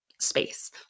space